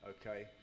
Okay